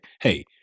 hey